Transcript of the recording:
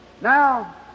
Now